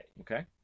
Okay